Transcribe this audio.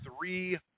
three